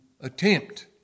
attempt